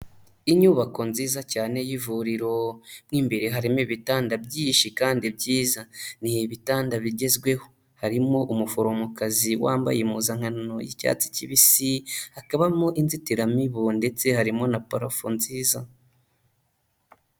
Inyubako nziza cyane y'ivuriro mu imbere harimo ibitanda byinshi kandi byiza, ni ibitanda bigezweho, harimo umuforomokazi wambaye impuzankano y'icyatsi kibisi, hakabamo inzitiramibu ndetse harimo na parafo nziza.